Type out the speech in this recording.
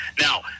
now